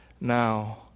now